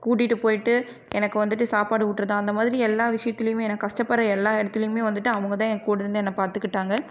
கூட்டிகிட்டு போய்விட்டு எனக்கு வந்துட்டு சாப்பாடு ஊட்டுறது அந்த மாதிரி எல்லா விஷயத்துலையுமே நான் கஷ்டப்பட்ற எல்லா இடத்துலேயுமே வந்துட்டு அவங்க தான் என் கூட இருந்து என்னை பார்த்துக்கிட்டாங்க